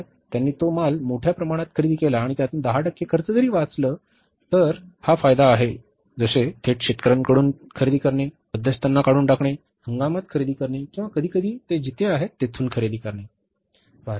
जर त्यांनी तो माल मोठ्या प्रमाणात खरेदी केला आणि त्यातून दहा टक्के खर्च जरी वाचलं वाचला तर हा फायदा आहे जसे थेट शेतकर्यांकडून थेट खरेदी करणे मध्यस्थांना काढून टाकणे हंगामात खरेदी करणे किंवा कधीकधी ते जिथे आहे तेथून खरेदी करणे